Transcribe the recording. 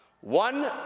One